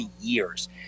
years